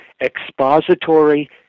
expository